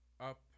up